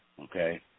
okay